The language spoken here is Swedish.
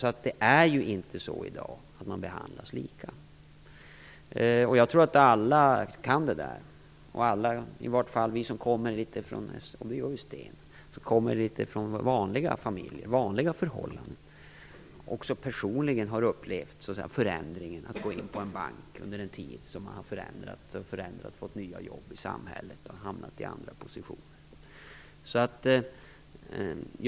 Man behandlas inte lika i dag. Jag tror att alla känner till det. Alla, i vart fall vi som kommer från vanliga familjer och vanliga förhållanden, och det gör ju Sten Andersson, har också personligen upplevt förändringen att gå in på en bank under en tid i förvandling, när man fått nya jobb och hamnat i andra positioner i samhället.